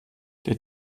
der